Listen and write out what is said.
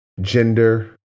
gender